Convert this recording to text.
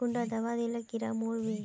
कुंडा दाबा दिले कीड़ा मोर बे?